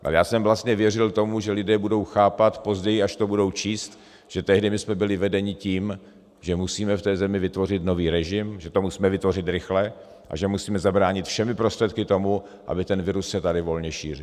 Ale já jsem vlastně věřil tomu, že lidé budou chápat později, až to budou číst, že tehdy jsme byli vedeni tím, že musíme v té zemi vytvořit nový režim, že to musíme vytvořit rychle a že musíme zabránit všemi prostředky tomu, aby ten virus se tady volně šířil.